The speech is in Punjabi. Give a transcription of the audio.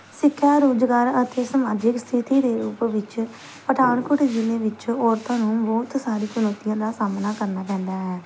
ਸਿੱਖਿਆ ਰੁਜ਼ਗਾਰ ਅਤੇ ਸਮਾਜਿਕ ਸਥਿਤੀ ਦੇ ਰੂਪ ਵਿੱਚ ਪਠਾਨਕੋਟ ਜ਼ਿਲੇ ਵਿੱਚ ਔਰਤਾਂ ਨੂੰ ਬਹੁਤ ਸਾਰੇ ਚੁਣੌਤੀਆਂ ਦਾ ਸਾਹਮਣਾ ਕਰਨਾ ਪੈਂਦਾ ਹੈ